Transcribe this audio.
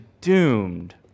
doomed